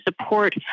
support